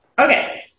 Okay